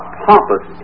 pompous